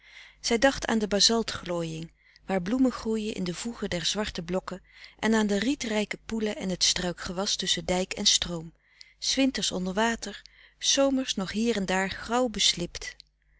zij dacht aan de basaltglooiing waar bloemen groeien in de voegen der zwarte blokken en aan de rietrijke poelen en het struikgewas tusschen dijk en stroom s winters onder water s zomers nog hier en daar